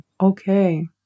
okay